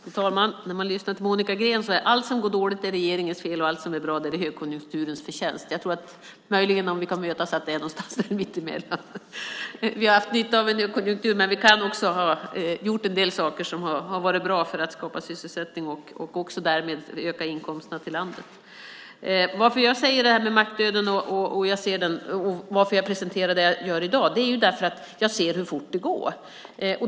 Fru talman! När man lyssnar på Monica Green låter det som att allt som går dåligt är regeringens fel och allt som är bra är högkonjunkturens förtjänst. Jag tror, om vi möjligen kan mötas, att det är någonstans mittemellan. Vi har haft nytta av en högkonjunktur, men vi kan också ha gjort en del saker som har varit bra för att skapa sysselsättning och därmed öka inkomsterna för landet. Anledningen till att jag säger det här om mackdöden och presenterar det jag gör i dag är att jag ser hur fort det går.